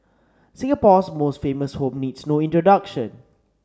Singapore's most famous home needs no introduction